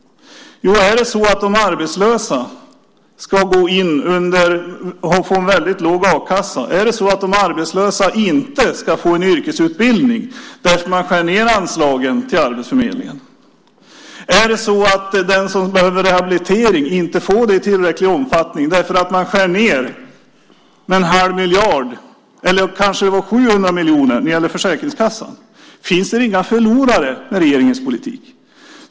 Är det så att de arbetslösa ska gå in och få en väldigt låg a-kassa? Är det så att de arbetslösa inte ska få en yrkesutbildning för att man skär ned anslagen till arbetsförmedlingen? Är det så att den som behöver rehabilitering inte får det i tillräcklig omfattning eftersom man skär ned med en halv miljard, eller om det var 700 miljoner, när det gäller Försäkringskassan? Finns det inga förlorare med regeringens politik?